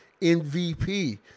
MVP